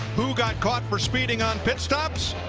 who got caught for speeding on pit stops?